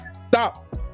stop